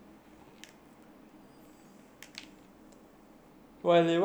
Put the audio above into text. why why are you very uncomfortable with the idea